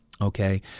Okay